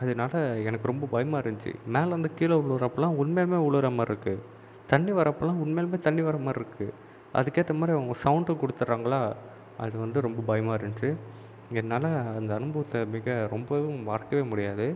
அதனால எனக்கு ரொம்ப பயமாக இருந்துச்சு மேலேருந்து கீழே உழுவுறப்பலாம் உண்மையுமே உழுவுற மாதிரி இருக்குது தண்ணி வர்றப்போலாம் உண்மையிலேயுமே தண்ணி வர்ற மாதிரி இருக்குது அதுக்கேற்ற மாதிரி அவங்க சவுண்டு கொடுத்துடுறாங்களா அது வந்து ரொம்ப பயமாக இருந்துச்சு என்னால் அந்த அனுபவத்தை மிக ரொம்பவும் மறக்கவே முடியாது